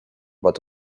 but